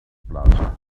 plaza